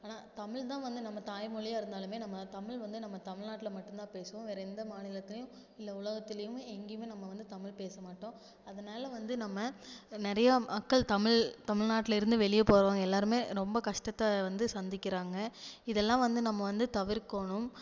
ஆனால் தமிழ்தான் வந்து நம்ம தாய் மொழியாக இருந்தாலுமே நம்ம தமிழ் வந்து நம்ம தமிழ் நாட்டில் மட்டுந்தான் பேசுவோம் வேற எந்த மாநிலத்திலையும் இல்லை உலகத்திலையுமே எங்கேயுமே நம்ம வந்து தமிழ் பேசமாட்டோம் அதனால் வந்து நம்ம நிறையா மக்கள் தமிழ் தமிழ்நாட்டிலேருந்து வெளிய போகிறவங்க எல்லாருமே ரொம்ப கஷ்டத்தை வந்து சந்திக்கிறாங்க இதெல்லாம் வந்து நம்ம வந்து தவிர்க்கணும்